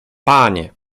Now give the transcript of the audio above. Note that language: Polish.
panie